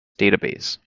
database